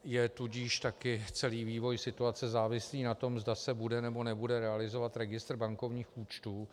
Je tudíž také celý vývoj situace závislý na tom, zda se bude, nebo nebude realizovat registr bankovních účtů.